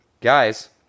guys